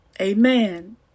Amen